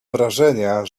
wrażenia